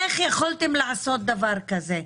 איך יכולתן לעשות דבר כזה?